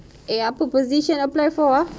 eh apa position apply for ah